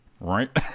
Right